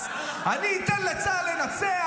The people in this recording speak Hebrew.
אני אתן לצה"ל לנצח,